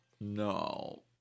No